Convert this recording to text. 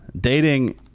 Dating